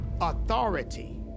Authority